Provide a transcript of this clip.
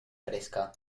fresca